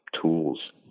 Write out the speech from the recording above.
tools